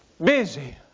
Busy